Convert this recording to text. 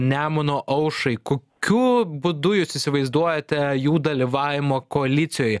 nemuno aušrai kokiu būdu jūs įsivaizduojate jų dalyvavimo koalicijoj